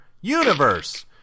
universe